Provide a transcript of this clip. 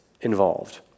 involved